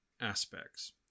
aspects